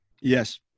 Yes